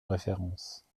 référence